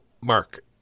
Mark